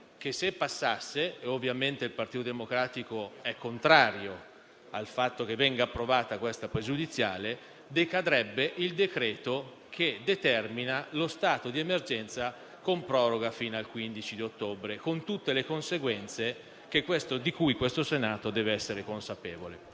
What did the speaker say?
cui approvazione ovviamente il Partito Democratico è contrario, che se passasse, decadrebbe il decreto che determina lo stato di emergenza con proroga fino al 15 ottobre, con tutte le conseguenze di cui questo Senato deve essere consapevole.